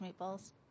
meatballs